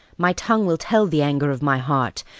my tongue will tell the anger of my heart,